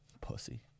pussy